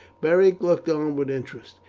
beric looked on with interest.